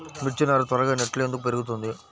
మిర్చి నారు త్వరగా నెట్లో ఎందుకు పెరుగుతుంది?